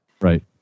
Right